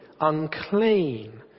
unclean